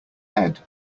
head